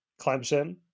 Clemson